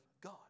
God